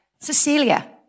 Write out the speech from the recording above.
Cecilia